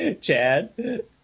Chad